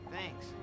Thanks